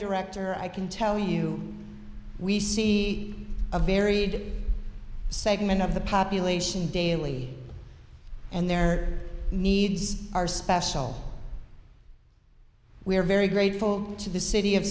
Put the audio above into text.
director i can tell you we see a varied segment of the population daily and their needs are special we are very grateful to the city of